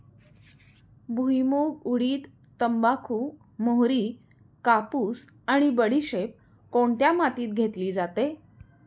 भुईमूग, उडीद, तंबाखू, मोहरी, कापूस आणि बडीशेप कोणत्या मातीत घेतली जाते?